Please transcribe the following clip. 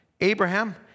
Abraham